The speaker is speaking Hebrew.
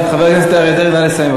אז, חבר הכנסת אריה דרעי, נא לסיים.